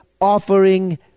offering